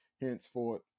Henceforth